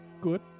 Good